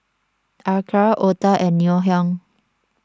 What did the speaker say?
Acar Otah and Ngoh Hiang